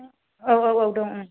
औ औ औ दं